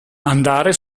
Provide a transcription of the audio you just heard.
andare